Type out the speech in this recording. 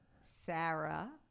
Sarah